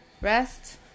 rest